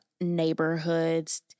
neighborhoods—